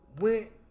went